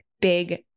big